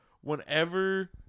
whenever